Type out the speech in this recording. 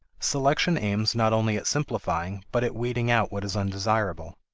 selection aims not only at simplifying but at weeding out what is undesirable.